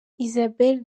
isabel